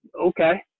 Okay